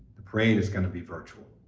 the parade is gonna be virtual,